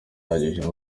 ahagije